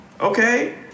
Okay